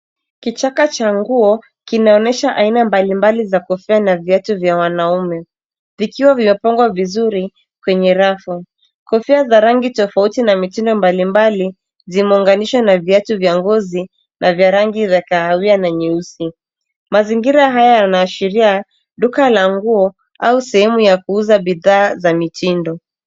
Kichaka cha nguo, kinaonyesha aina mbalimbali za kofia na viatu vya wanaume, vikiwa vimepangwa vizuri kwenye rafu. Kofia za rangi tofauti na mitindo mbalimbali zimeunganishwa na viatu vya ngozi na vya rangi za kahawia na nyeusi. Mazingira haya yanaashiria duka la nguo au sehemu ya kuuza bidhaa za mitindo.